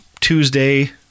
Tuesday